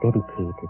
dedicated